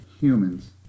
humans